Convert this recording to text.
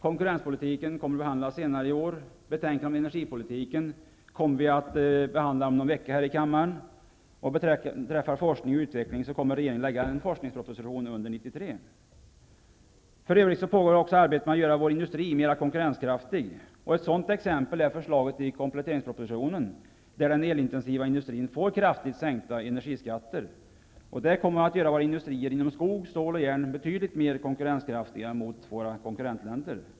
Konkurrenspolitiken kommer att behandlas senare i år, betänkandet om energipolitiken kommer att behandlas här i kammaren om någon vecka, och vad beträffar forskning och utveckling kommer regeringen under 1993 att lägga fram en forskningsproposition. För övrigt pågår arbetet med att göra vår industri mer konkurrenskraftig. Ett exempel på detta är förslaget i kompletteringspropositionen, som innebär att den elintensiva industrin får kraftigt sänkta energiskatter. Detta kommer att göra våra industrier inom skogs-, stål och järnområdet betydligt mer konkurrenskraftiga i förhållande till våra konkurrentländer.